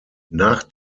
nach